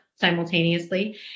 simultaneously